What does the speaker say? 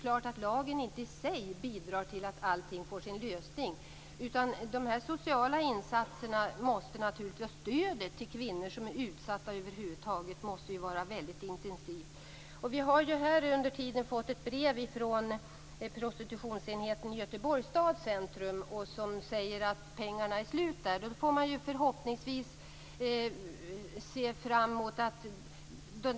Lagen i sig bidrar inte till att allting får sin lösning. De sociala insatserna måste utgöra ett stöd till de utsatta kvinnorna. Det har kommit ett brev från Prostitutionsenheten i Göteborgs stad. Där framgår att pengarna är slut.